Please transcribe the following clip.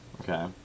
Okay